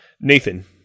Nathan